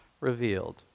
revealed